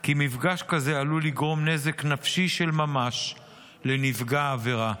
כי מפגש כזה עלול לגרום נזק נפשי של ממש לנפגע העבירה.